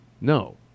No